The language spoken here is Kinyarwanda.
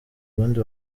ubundi